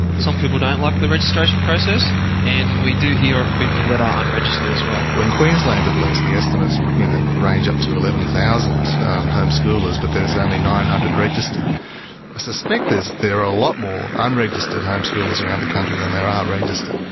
some people don't like the registration process and we do hear of people that are unregistered as well. in queensland, at least, the estimates range up to eleven thousand homeschoolers, but there's only nine hundred registered. i suspect there are a lot more unregistered homeschoolers around the country than there are registered.